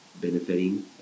benefiting